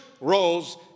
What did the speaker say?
roles